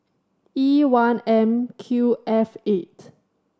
E one M Q F eight